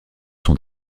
sont